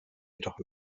jedoch